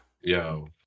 Yo